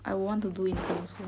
I will want to do intern also